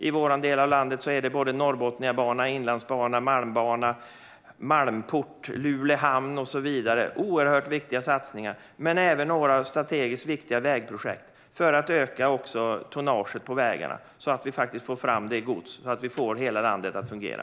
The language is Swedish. I vår del av landet är det Norrbotniabanan, Inlandsbanan och Malmbanan, Malmporten i Luleå hamn och så vidare - oerhört viktiga satsningar - men även några strategiskt viktiga vägprojekt för att öka tonnaget på vägarna så att vi får fram godset och får hela landet att fungera.